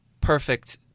perfect